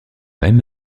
même